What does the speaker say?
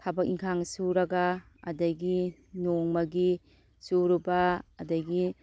ꯊꯕꯛ ꯏꯟꯈꯥꯡ ꯁꯨꯔꯒ ꯑꯗꯒꯤ ꯅꯣꯡꯃꯒꯤ ꯁꯨꯔꯨꯕ ꯑꯗꯒꯤ